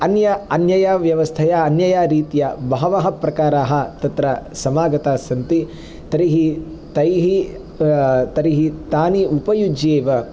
अन्य अन्यया व्यवस्थया अन्यया रीत्या बहवः प्रकाराः तत्र समागतास्सन्ति तर्हि तैः तर्हि तानि उपयुज्यैव